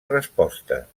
respostes